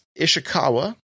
Ishikawa